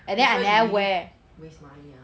I thought you need it waste money ah